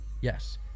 Yes